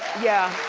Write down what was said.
yeah.